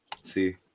see